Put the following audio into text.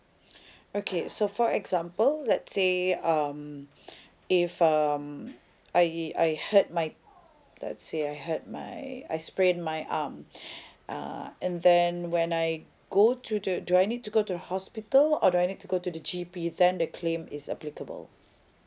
okay so for example let's say um if um I I hurt my let's say I hurt my I sprained my arm uh and then when I go to to the do I need to go to the hospital or do I need to go to the G_P then the claim is applicable